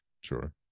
Sure